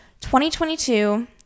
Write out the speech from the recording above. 2022